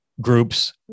groups